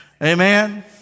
Amen